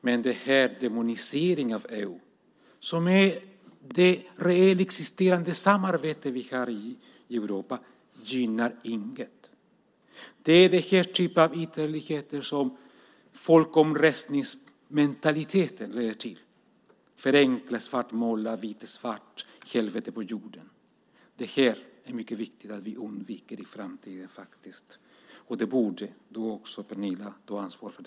Men den här demoniseringen av EU och det reellt existerande samarbete vi har i Europa gynnar ingen. Det är den här typen av ytterligheter som folkomröstningsmentaliteten ställer till med. Man förenklar och svartmålar och talar om ett helvete på jorden. Det är mycket viktigt att vi undviker det här i framtiden. Det borde också du, Pernilla, ta ansvar för.